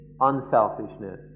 unselfishness